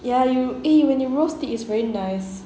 ya you eh when you roast it it's very nice